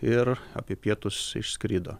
ir apie pietus išskrido